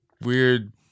weird